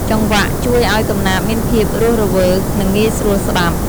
ចង្វាក់ជួយឱ្យកំណាព្យមានភាពរស់រវើក និងងាយស្រួលស្ដាប់។